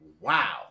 Wow